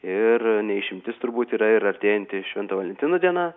ir ne išimtis turbūt yra ir artėjanti švento valentino diena